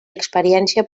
experiència